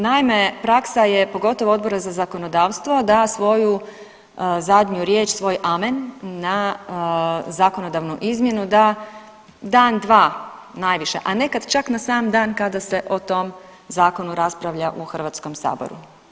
Naime, praksa je pogotovo Odbora za zakonodavstvo da svoju zadnju riječ, svoj amen na zakonodavnu izmjenu, da dan dva najviše, a nekad čak na sam dan kada se o tom zakonu raspravlja u Hrvatskom saboru.